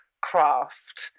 craft